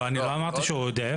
לא, אני לא אמרתי שהוא עודף.